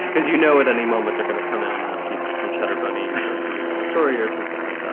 because, you know, at any moment they're going to come in and ask you for some cheddar bunnies to read a story or something like.